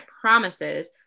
promises